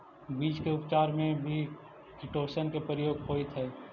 बीज के उपचार में भी किटोशन के प्रयोग होइत हई